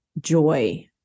joy